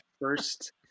first